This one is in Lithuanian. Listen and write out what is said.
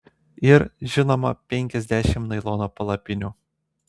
ir žinoma penkiasdešimt nailono palapinių